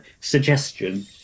suggestion